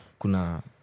kuna